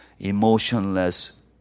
emotionless